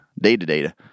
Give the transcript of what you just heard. data-data